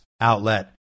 outlet